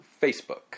Facebook